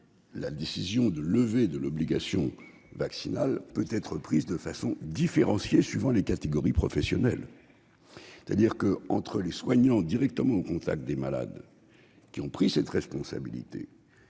la décision de levée de l'obligation vaccinale peut être prise de façon différenciée suivant les catégories professionnelles. Entre les soignants directement au contact des malades et d'autres personnels-